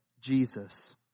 Jesus